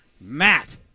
Matt